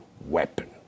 weapon